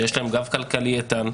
שיש להם גב כלכלי איתן,